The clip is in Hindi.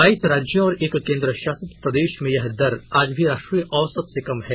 बाइस राज्यों और एक केंद्रशासित प्रदेश में यह दर आज भी राष्ट्रीय औसत से कम है